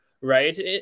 right